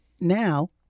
Now